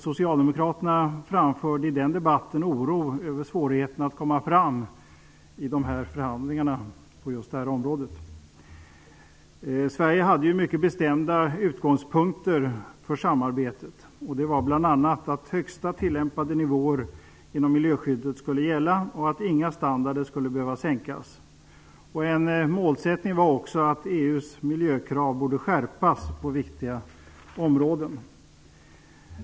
Socialdemokraterna framförde i den debatten oro över svårigheterna att komma framåt i förhandlingarna på just det här området. Sverige hade mycket bestämda utgångspunkter för samarbetet -- bl.a. att högsta tillämpade nivåer inom miljöskyddet skulle gälla och att inga standarder skulle behöva sänkas. En målsättning var också att EU:s miljökrav borde skärpas på viktiga områden.